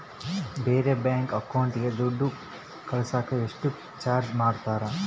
ಬೇರೆ ಬ್ಯಾಂಕ್ ಅಕೌಂಟಿಗೆ ದುಡ್ಡು ಕಳಸಾಕ ಎಷ್ಟು ಚಾರ್ಜ್ ಮಾಡತಾರ?